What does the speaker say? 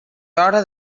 hora